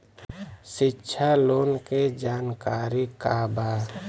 शिक्षा लोन के जानकारी का बा?